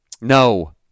no